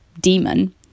demon